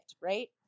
right